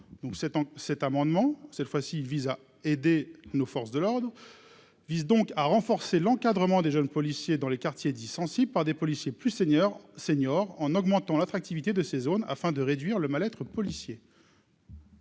cet amendement, cette fois-ci, vise à aider nos forces de l'ordre vise donc à renforcer l'encadrement des jeunes policiers dans les quartiers dits sensibles, par des policiers plus seniors seniors en augmentant l'attractivité de ces zones afin de réduire le mal-être policier.